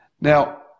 Now